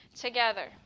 together